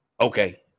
Okay